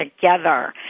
together